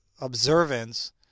observance